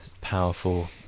powerful